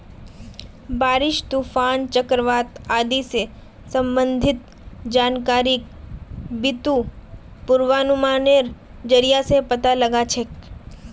बारिश, तूफान, चक्रवात आदि स संबंधित जानकारिक बितु पूर्वानुमानेर जरिया स पता लगा छेक